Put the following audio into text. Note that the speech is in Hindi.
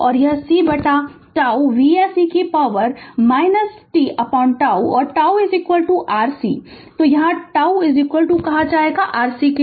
और यह c बटा τ Vs e कि पॉवर tτ और τ RC तो यहाँ τ कहा जायेगा CR के